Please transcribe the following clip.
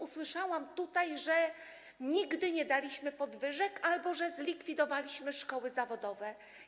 Usłyszałam, że nigdy nie daliśmy podwyżek oraz że zlikwidowaliśmy szkoły zawodowe.